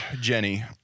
Jenny